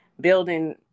building